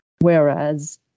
whereas